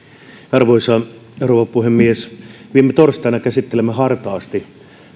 arvoisa rouva puhemies viime torstaina käsittelimme hartaasti